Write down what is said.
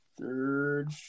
third